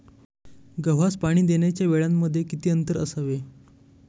गव्हास पाणी देण्याच्या वेळांमध्ये किती अंतर असावे?